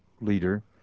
leader